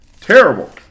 Terrible